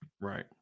Right